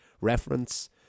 reference